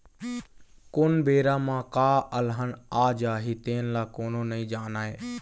कोन बेरा म का अलहन आ जाही तेन ल कोनो नइ जानय